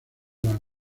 las